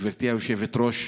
גברתי היושבת-ראש,